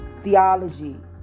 theology